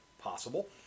Possible